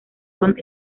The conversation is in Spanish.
kong